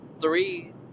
three